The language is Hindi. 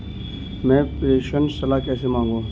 मैं प्रेषण सलाह कैसे मांगूं?